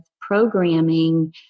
programming